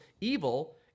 evil